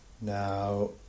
Now